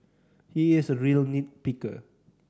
he is a real nit picker